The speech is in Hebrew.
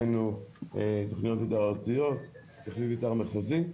דהיינו, תוכנית מתאר ארציות, תוכנית מתאר מחוזית,